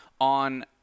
on